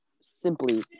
simply